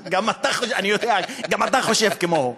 אני יודע, גם אתה חושב כמוהו.